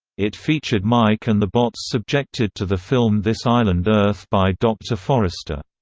it featured mike and the bots subjected to the film this island earth by dr. forrester.